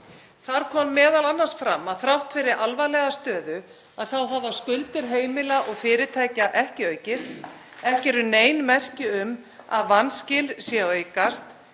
Þar kom m.a. fram að þrátt fyrir alvarlega stöðu þá hafa skuldir heimila og fyrirtækja ekki aukist. Ekki eru nein merki um að vanskil séu að aukast.